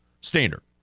standard